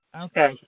Okay